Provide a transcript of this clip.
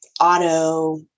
auto